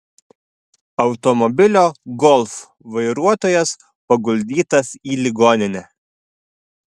automobilio golf vairuotojas paguldytas į ligoninę